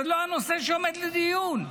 זה לא הנושא שעומד דיון.